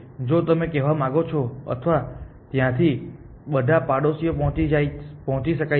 જો તમે કહેવા માંગો છો અથવા ત્યાંથી બધા પડોશીઓ પહોંચી શકાય છે